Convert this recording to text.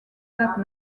that